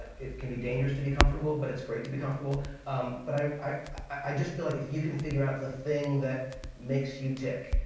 it can be dangerous to be comfortable. but it's great to be comfortable. um but i i just feel like if you can figure out the thing that makes you tick.